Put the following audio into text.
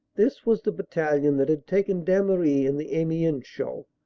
this was the battalion that had taken damery. in the amiens sho